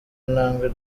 ntambwe